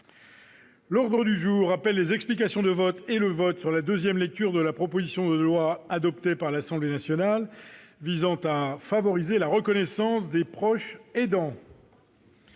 L'ordre du jour appelle les explications de vote et le vote sur la deuxième lecture de la proposition de loi, adoptée par l'Assemblée nationale, visant à favoriser la reconnaissance des proches aidants